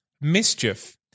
mischief